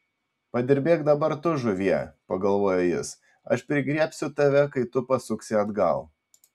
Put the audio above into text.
padirbėk dabar tu žuvie pagalvojo jis aš prigriebsiu tave kai tu pasuksi atgal